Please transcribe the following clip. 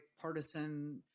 partisan